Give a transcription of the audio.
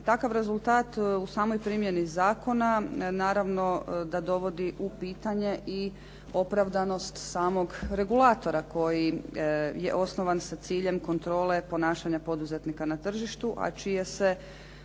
Takav rezultat u samoj primjeni zakona naravno da dovodi u pitanje i opravdanost samog regulatora koji je osnovan sa ciljem kontrole ponašanja poduzetnika na tržištu, a čije se